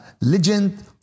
legend